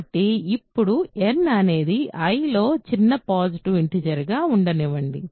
కాబట్టి ఇప్పుడు n అనేది I లో చిన్న పాజిటివ్ ఇంటిజర్ గా ఉండనివ్వండి